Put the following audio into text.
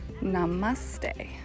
namaste